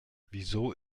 wieso